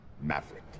Maverick